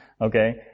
Okay